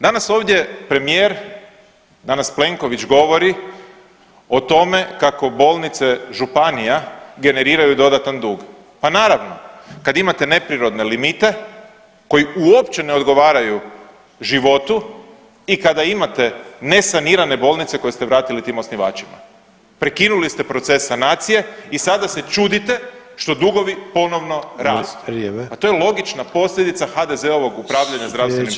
Danas ovdje premijer, danas Plenković govori o tome kako bolnice županija generiraju dodatan dug, pa naravno kad imate neprirodne limite koji uopće ne odgovaraju životu i kada imate nesanirane bolnice koje ste vratili tim osnivačima, prekinuli ste proces sanacije i sada se čudite što dugovi ponovno rastu [[Upadica: Vrijeme]] , pa to je logična posljedica HDZ-ovog upravljanja zdravstvenim sustavom.